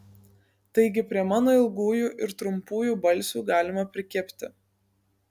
taigi prie mano ilgųjų ir trumpųjų balsių galima prikibti